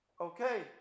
okay